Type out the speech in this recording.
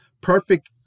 perfect